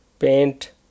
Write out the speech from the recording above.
paint